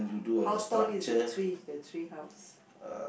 how tall is the tree is the treehouse